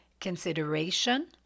consideration